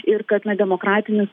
ir kad na demokratinis